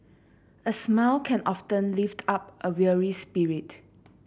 a smile can often lift up a weary spirit